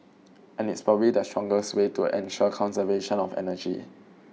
and it's probably the strongest way to ensure conservation of energy